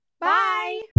Bye